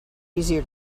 easier